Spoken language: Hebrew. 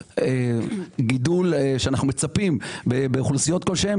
גידול שאנחנו מצפים באוכלוסיות כלשהן,